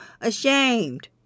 ashamed